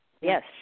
Yes